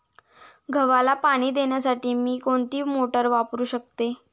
गव्हाला पाणी देण्यासाठी मी कोणती मोटार वापरू शकतो?